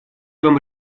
вам